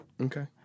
Okay